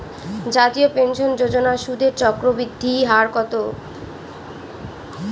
জাতীয় পেনশন যোজনার সুদের চক্রবৃদ্ধি হার কত?